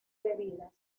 bebidas